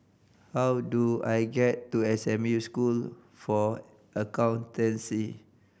how do I get to S M U School for Accountancy